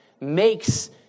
makes